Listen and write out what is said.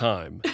Time